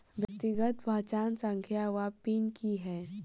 व्यक्तिगत पहचान संख्या वा पिन की है?